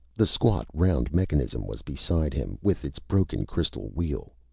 the squat, round mechanism was beside him, with its broken crystal wheel.